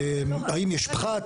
האם יש פחת?